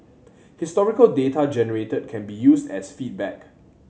historical data generated can be used as feedback